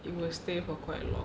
it will stay for quite long